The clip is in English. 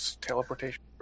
teleportation